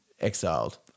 exiled